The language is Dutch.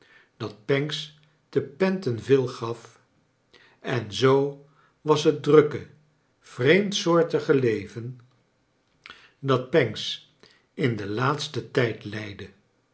dat paneks te pentonville gaf en zoo was het drukke vreemdsoortige leven dat paneks in den laatsten tijd leidde